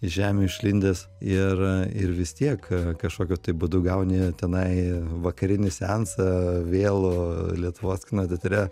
žemių išlindęs ir ir vis tiek kažkokiu tai būdu gauni tenai vakarinį seansą vėl lietuvos kino teatre